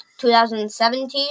2017